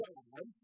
God